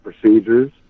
procedures